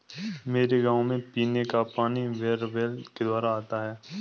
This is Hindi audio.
मेरे गांव में पीने का पानी बोरवेल के द्वारा आता है